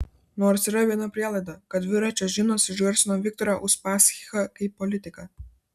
nors yra viena prielaida kad dviračio žinios išgarsino viktorą uspaskichą kaip politiką